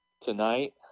tonight